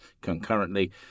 concurrently